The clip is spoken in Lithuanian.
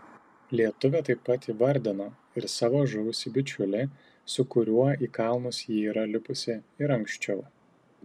lietuvė taip pat įvardino ir savo žuvusį bičiulį su kuriuo į kalnus ji yra lipusi ir anksčiau